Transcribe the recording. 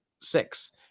six